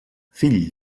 fill